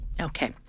Okay